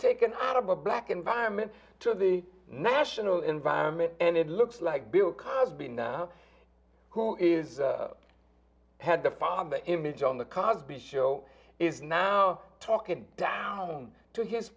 taken out of a black environment to the national environment and it looks like bill cosby now who is had the father image on the cars be show is now talking down to his